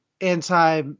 anti